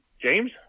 James